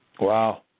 Wow